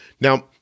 Now